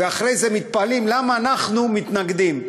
ואחרי זה מתפלאים למה אנחנו מתנגדים.